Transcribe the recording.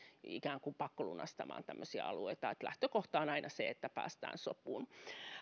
ikään kuin pakkolunastamaan tämmöisiä alueita lähtökohta on aina se että päästään sopuun